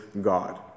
God